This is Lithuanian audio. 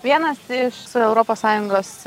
vienas iš su europos sąjungos